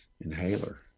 inhaler